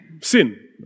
sin